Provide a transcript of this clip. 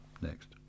next